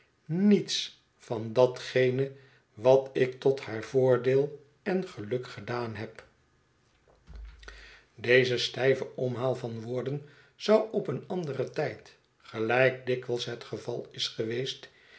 niets van datgene wat ik tot haar voordeel en geluk gedaan heb deze stijve omhaal van woorden zou op een anderen tijd gelijk dikwijls het geval is geweest